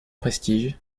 prestige